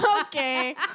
Okay